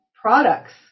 products